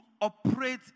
operate